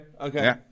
okay